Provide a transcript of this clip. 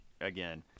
again